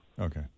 Okay